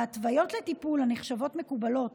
ההתוויות לטיפול הנחשבות מקובלות